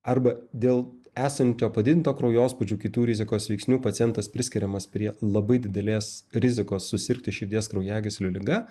arba dėl esančio padidinto kraujospūdžio kitų rizikos veiksnių pacientas priskiriamas prie labai didelės rizikos susirgti širdies kraujagyslių liga